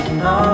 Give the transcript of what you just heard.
no